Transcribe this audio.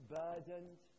burdened